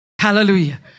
Hallelujah